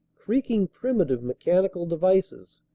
creaking primitive mechani cal devices,